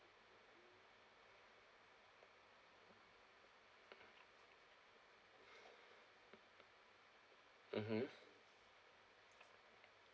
mmhmm